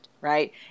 right